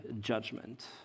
judgment